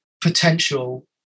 potential